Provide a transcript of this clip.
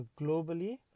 globally